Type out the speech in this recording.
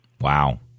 Wow